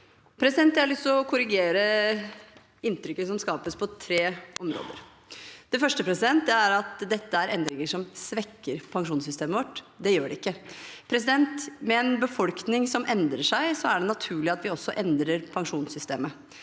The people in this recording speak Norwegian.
Jeg har lyst til å korrigere inntrykket som skapes, på tre områder. Det første er at dette er endringer som svekker pensjonssystemet vårt – det gjør de ikke. Med en befolkning som endrer seg, er det naturlig at vi også endrer pensjonssystemet.